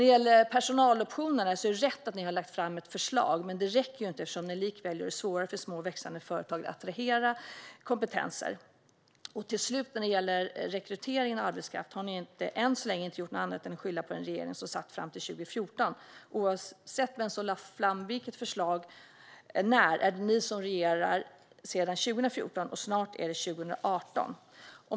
Det är riktigt att ni har lagt fram förslag om personaloptioner, men det räcker ju inte eftersom ni likväl gör det svårare för små och växande företag att attrahera kompetenser. När det till sist gäller rekrytering av arbetskraft har ni än så länge inte gjort annat än att skylla på den regering som satt fram till 2014. Oavsett när och vem som lade fram vilket förslag är det ni som regerar sedan 2014, och snart är det 2018.